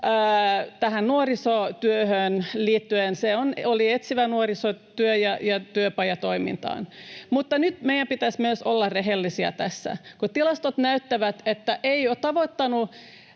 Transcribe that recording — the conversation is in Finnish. tähän nuorisotyöhön liittyen. Se oli etsivään nuorisotyöhön ja työpajatoimintaan. Mutta nyt meidän pitäisi myös olla tässä rehellisiä. Kun tilastot näyttävät, että tämä ei ole tavoittanut